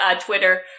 Twitter